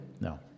No